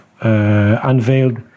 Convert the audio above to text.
unveiled